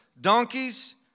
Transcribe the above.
donkeys